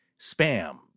Spam